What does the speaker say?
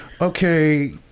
okay